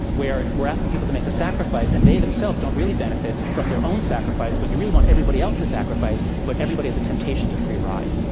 where we're asking people to make a sacrifice and they don't really benefit from their own sacrifice. but you really want everybody else to sacrifice, but everybody has a temptation to free ride.